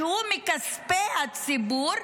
שהוא מכספי הציבור,